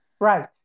Right